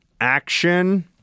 action